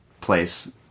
place